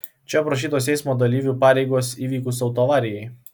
čia aprašytos eismo dalyvių pareigos įvykus autoavarijai